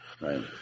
Right